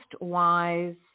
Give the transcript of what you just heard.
wise